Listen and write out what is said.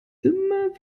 immer